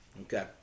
Okay